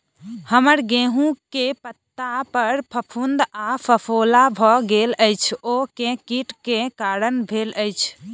हम्मर गेंहूँ केँ पत्ता पर फफूंद आ फफोला भऽ गेल अछि, ओ केँ कीट केँ कारण भेल अछि?